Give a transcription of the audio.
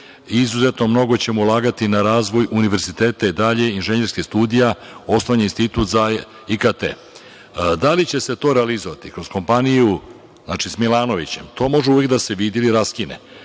i izuzetno mnogo ćemo ulagati u razvoj univerziteta i inženjerskih studija i osnovan je Institut za IKT.Da li će se to realizovati kroz kompaniju sa „Milanovićem“, to može uvek da se vidi ili raskine.